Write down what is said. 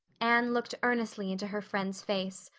anne looked earnestly into her friend's face.